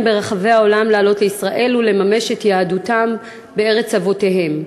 ברחבי העולם לעלות לישראל ולממש את יהדותם בארץ אבותיהם.